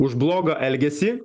už blogą elgesį